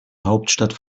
hauptstadt